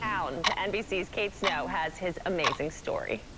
and to nbc's kate snow has his amazing story.